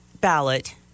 ballot